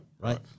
right